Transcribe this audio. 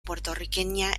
puertorriqueña